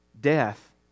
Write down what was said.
death